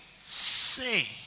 say